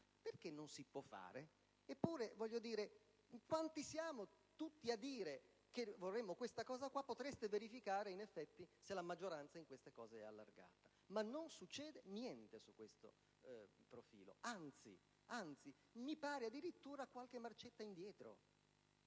Perché non si può fare? Eppure, quanti siamo? Tutti a dire che vorremmo questo. Potreste verificare in effetti se la maggioranza in questo ambito è allargata. Ma non succede niente sotto questo profilo, anzi, mi pare addirittura vi sia qualche marcetta indietro!